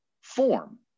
form